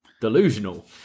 delusional